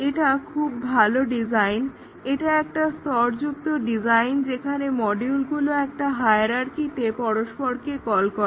এটা খুব ভালো ডিজাইন এটা একটা স্তরযুক্ত ডিজাইন যেখানে মডিউলগুলো একটা হায়ারার্কিতে পরস্পরকে কল করে